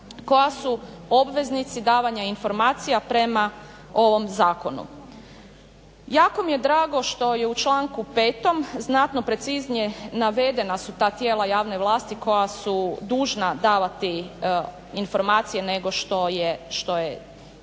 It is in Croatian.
koja su obveznici davanja informacija prema ovom zakonu. Jako mi je drago što je u članak. 5 znatno preciznije navedena su ta tijela javne vlasti koja su dužna davati informacije nego što je to